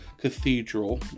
cathedral